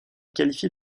qualifiée